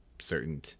certain